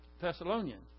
Thessalonians